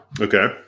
Okay